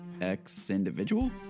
X-Individual